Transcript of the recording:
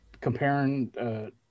Comparing